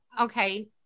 okay